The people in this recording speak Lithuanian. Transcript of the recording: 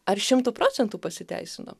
ar šimtu procentų pasiteisino